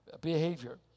behavior